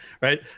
right